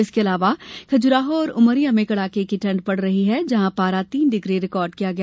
इसके अलावा खजुराहो और उमरिया में कड़ाके की ठंड़ पड़ रही है जहां पारा तीन डिग्री रिकार्ड किया गया